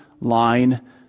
line